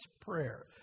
prayer